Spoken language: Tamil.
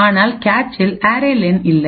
ஆனால்கேச்சில் அரே லென்array len இல்லை